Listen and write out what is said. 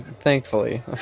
thankfully